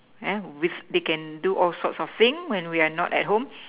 with they can do all sort of thing when we are not at home